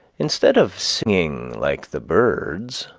instead of singing like the birds,